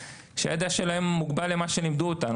שהידע שלהם מוגבל למה שלימדו אותם.